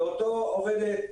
לאותה עובדת,